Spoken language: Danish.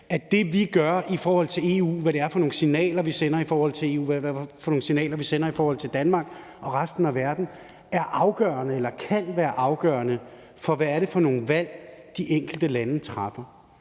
vi sender i forhold til EU, og hvad for nogle signaler vi sender i forhold til Danmark og resten af verden – afgørende eller kan være afgørende for, hvad det er for nogle valg, de enkelte lande træffer.